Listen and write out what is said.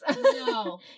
No